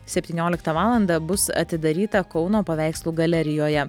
septynioliktą valandą bus atidaryta kauno paveikslų galerijoje